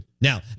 Now